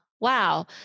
Wow